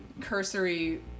cursory